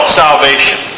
salvation